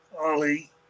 Ali